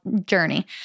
journey